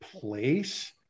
place